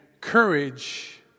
courage